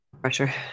Pressure